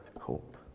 hope